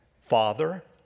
Father